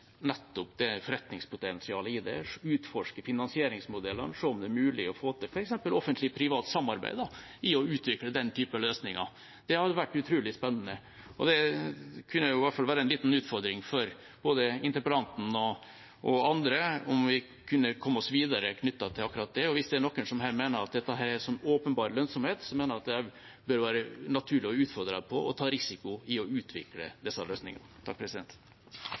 forretningspotensialet i det, utforske finansieringsmodellene, se om det er mulig å få til f.eks. offentlig–privat samarbeid ved å utvikle den type løsninger. Det hadde vært utrolig spennende. Det kunne i hvert fall være en liten utfordring for både interpellanten og andre om vi kunne komme oss videre knyttet til akkurat det. Og hvis det er noen her som mener at dette har en åpenbar lønnsomhet, mener jeg det bør være naturlig å utfordre dem på å ta en risiko ved å utvikle disse løsningene.